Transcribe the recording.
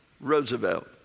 Roosevelt